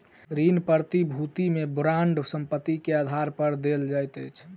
ऋण प्रतिभूति में बांड संपत्ति के आधार पर देल जाइत अछि